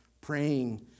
praying